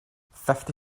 fifty